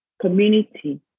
community